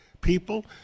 people